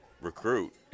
recruit